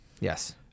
Yes